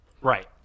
right